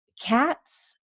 cats